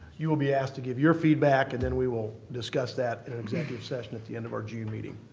you will be asked to give your feedback and then we will discuss that in executive session at the end of our june meeting.